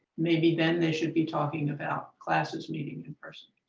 maybe then they should be talking about classes meeting in person.